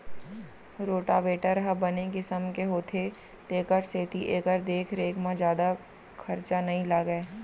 rotavator ह बने किसम के होथे तेकर सेती एकर देख रेख म जादा खरचा नइ लागय